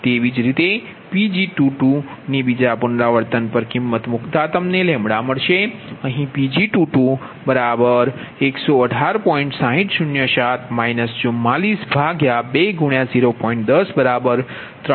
તેવી જ રીતે Pg2 ની બીજા પુનરાવર્તન પર કીમત મૂકતા તમને મળશે અહીંPg2118